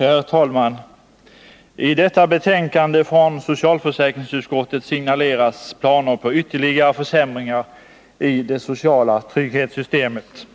Herr talman! I detta betänkande från socialförsäkringsutskottet signaleras planer på ytterligare försämringar i det sociala trygghetssystemet.